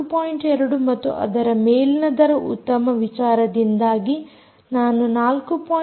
2 ಮತ್ತು ಅದರ ಮೇಲಿನದರ ಉತ್ತಮ ವಿಚಾರದಿಂದಾಗಿ ನಾನು 4